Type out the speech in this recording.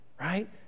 right